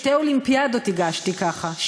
שתי אולימפיאדות הגשתי ככה,